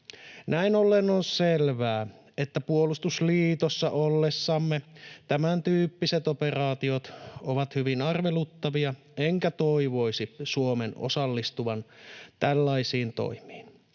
Näin ollen on selvää, että puolustusliitossa ollessamme tämän tyyppiset operaatiot ovat hyvin arveluttavia, enkä toivoisi Suomen osallistuvan tällaisiin toimiin.